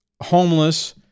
homeless